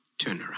turnaround